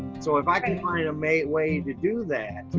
so if i find a main way to do that,